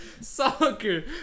Soccer